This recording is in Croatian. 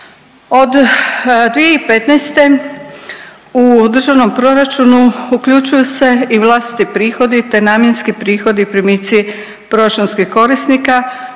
Od 2015. u državnom proračunu uključuju se i vlastiti prihodi, te namjenski prihodi, primici proračunskih korisnika